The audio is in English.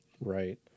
right